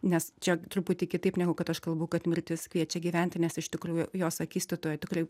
nes čia truputį kitaip negu kad aš kalbu kad mirtis kviečia gyventi nes iš tikrųjų jos akistatoje tikrai